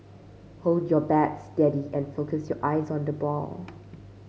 hold your bat steady and focus your eyes on the ball